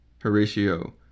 Horatio